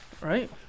Right